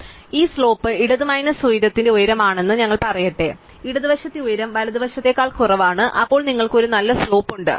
അതിനാൽ ഈ സ്ലോപ്പ് ഇടത് മൈനസ് ഉയരത്തിന്റെ ഉയരം ആണെന്ന് ഞങ്ങൾ പറയട്ടെ അതിനാൽ ഇടതുവശത്തെ ഉയരം വലതുവശത്തേക്കാൾ കുറവാണ് അപ്പോൾ നിങ്ങൾക്ക് ഒരു നല്ല സ്ലോപ്പ് ഉണ്ട്